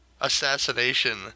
assassination